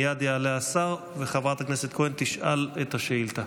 מייד יעלה השר, וחברת הכנסת כהן תשאל את השאילתה.